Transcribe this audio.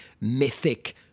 mythic